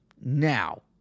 now